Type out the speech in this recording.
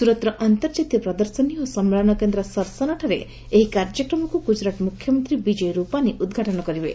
ସ୍ବରଟର ଆନ୍ତର୍କାତୀୟ ପ୍ରଦର୍ଶନୀ ଓ ସମ୍ମେଳନ କେନ୍ଦ୍ର ସର୍ସାନା ଠାରେ ଏହି କାର୍ଯ୍ୟକ୍ରମକୁ ଗୁଜୁରାଟ ମୁଖ୍ୟମନ୍ତୀ ବିଜୟ ରୂପାନୀ ଉଦ୍ଘାଟନ କରିବେ